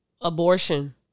abortion